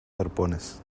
arpones